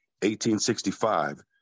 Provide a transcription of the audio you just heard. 1865